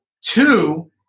Two